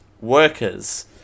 workers